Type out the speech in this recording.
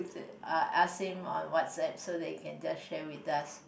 I'll ask him on WhatsApp so that he can just share with us